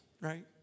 right